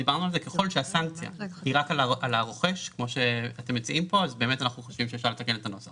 ובמתן הודעה מראש על המכירה במועד שיקבע המנהל." מה הנוסח